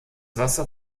wasser